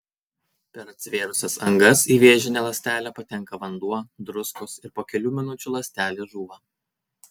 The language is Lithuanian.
per atsivėrusias angas į vėžinę ląstelę patenka vanduo druskos ir po kelių minučių ląstelė žūva